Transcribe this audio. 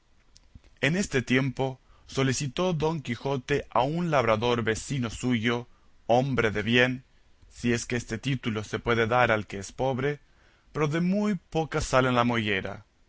en este tiempo solicitó don quijote a un labrador vecino suyo hombre de bien si es que este título se puede dar al que es pobre pero de muy poca sal en la mollera